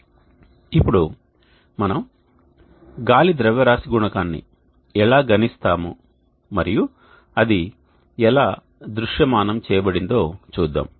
ఇప్పుడు మనం గాలి ద్రవ్యరాశి గుణకాన్ని ఎలా గణిస్తాము మరియు అది ఎలా దృశ్యమానం చేయబడిందో చూద్దాం